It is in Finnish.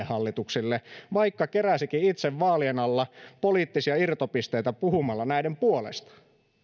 hallituksille vaikka keräsikin itse vaalien alla poliittisia irtopisteitä puhumalla näiden puolesta